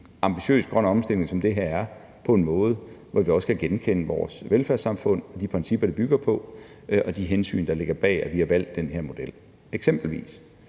en ambitiøs grøn omstilling, som det her er, på en måde, så vi også kan genkende vores velfærdssamfund og de principper, det bygger på, og de hensyn, der ligger bag, at vi har valgt den her model. Det er eksempelvis,